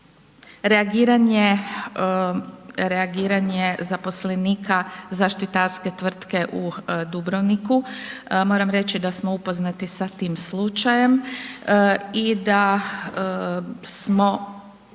reagiranje zaposlenika zaštitarske tvrtke u Dubrovniku, moram reći da smo upoznati sa tim slučajem i da smo